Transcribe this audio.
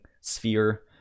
sphere